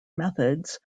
methods